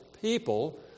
people